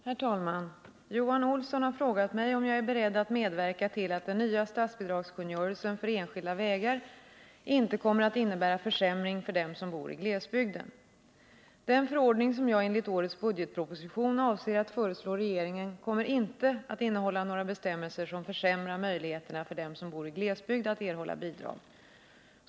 Herr talman! Johan Olsson har frågat mig om jag är beredd att medverka till att den nya statsbidragskungörelsen för enskilda vägar inte kommer att innebära försämring för dem som bor i glesbygden. Den förordning som jag enligt årets budgetproposition avser att föreslå regeringen kommer inte att innehålla några bestämmelser som försämrar möjligheterna för dem som bor i glesbygd att erhålla bidrag.